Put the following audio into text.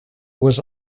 was